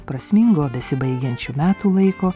prasmingo besibaigiančių metų laiko